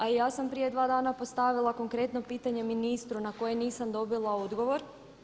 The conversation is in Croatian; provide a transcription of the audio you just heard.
A ja sam prije dva dana postavila konkretno pitanje ministru na koje nisam dobila odgovor.